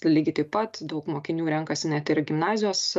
lygiai taip pat daug mokinių renkasi net ir gimnazijos